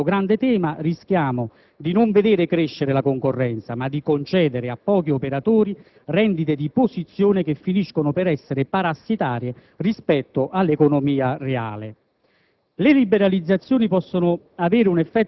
Se non sapremo portare avanti nella normativa questo grande tema, rischiamo di non vedere crescere la concorrenza, ma di concedere a pochi operatori rendite di posizione che finiscono per essere parassitarie rispetto all'economia reale.